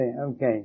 okay